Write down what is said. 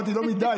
אמרתי "לא מדי",